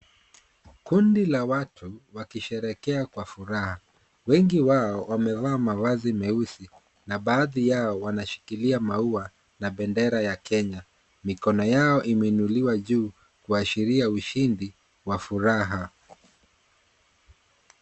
Kundi la watu wakisherekea kwa furaha wengi wao wamevaa mavazi meusi na baadhi yao wanashikilia maua na bendera ya Kenya. Mikono yao imeinuliwa juu kuashiria ushindi wa furaha.